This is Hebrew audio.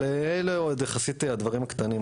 אבל אלה עוד יחסית הדברים הקטנים.